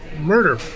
murder